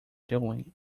dwelling